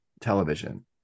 television